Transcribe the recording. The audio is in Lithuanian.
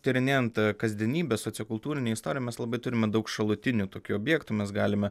tyrinėjant kasdienybę sociokultūrinę istoriją mes labai turime daug šalutinių tokių objektų mes galime